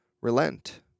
relent